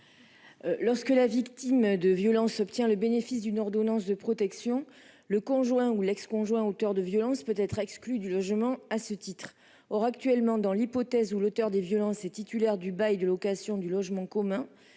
Lorsque la victime de violences obtient le bénéfice d'une ordonnance de protection, le conjoint ou ex-conjoint auteur des violences peut être exclu du logement à ce titre. Or, actuellement, dans l'hypothèse où l'auteur des violences est titulaire du bail de location du logement commun,